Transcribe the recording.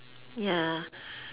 ya